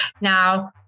now